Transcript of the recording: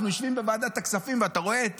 אנחנו יושבים בוועדת הכספים ואתה רואה את